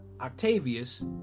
Octavius